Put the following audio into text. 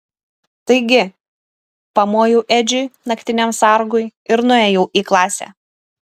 taigi pamojau edžiui naktiniam sargui ir nuėjau į klasę